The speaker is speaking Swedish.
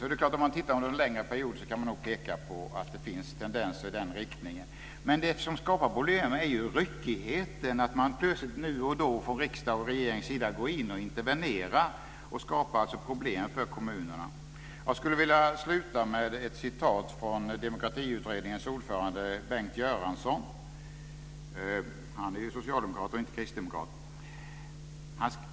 Det är klart att om man tittar på detta under en längre period så kan man nog peka på att det finns tendenser i den riktningen. Men det som skapar problemen är ju ryckigheten, att man plötsligt nu och då från riksdagens och regeringens sida går in och intervenerar och skapar problem för kommunerna. Jag skulle vilja sluta med ett citat från Demokratiutredningens ordförande Bengt Göransson. Han är ju socialdemokrat och inte kristdemokrat.